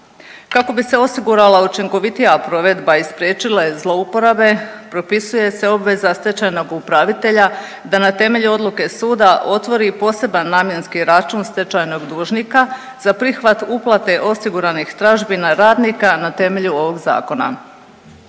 Kako bi se osigurala učinkovitija provedba i spriječile zlouporabe propisuje se obveza stečajnog upravitelja da na temelju odluke suda otvori poseban namjenski račun stečajnog dužnika za prihvat uplate osiguranih tražbina radnika na temelju ovog zakona.